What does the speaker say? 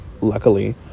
luckily